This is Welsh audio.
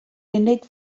unig